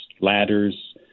ladders